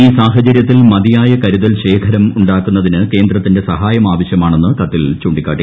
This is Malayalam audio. ഈ സാഹചര്യത്തിൽ മതിയായ കരുതൽശേഖരം ഉണ്ടാക്കുന്നതിന് കേന്ദ്രത്തിന്റെ സഹായം ആവശ്യമാണെന്ന് കത്തിൽ ചൂണ്ടിക്കാട്ടി